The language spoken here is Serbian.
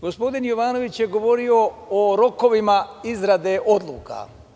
Gospodin Jovanović je govorio o rokovima izrade odluka.